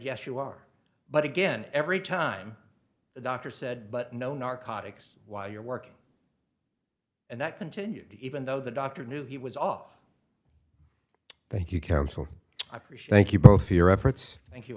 yes you are but again every time the doctor said but no narcotics while you're working and that continued even though the doctor knew he was off thank you counsel i appreciate you both for your efforts thank you